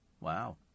Wow